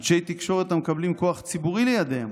אנשי תקשורת המקבלים כוח ציבורי לידיהם,